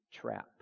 trap